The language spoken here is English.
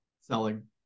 selling